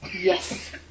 Yes